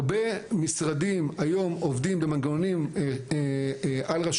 הרבה משרדים היום עובדים במנגנונים על-רשותיים,